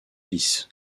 fils